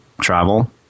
travel